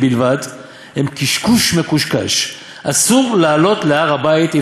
את פסקו שאסור לעלות להר-הבית.